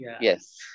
Yes